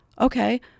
okay